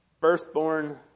firstborn